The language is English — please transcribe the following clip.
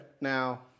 Now